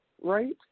right